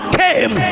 came